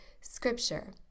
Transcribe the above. scripture